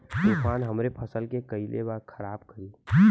तूफान हमरे फसल के कइसे खराब करी?